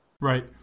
Right